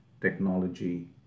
technology